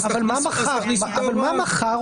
כמה ימים?